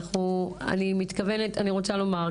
אני רוצה לומר,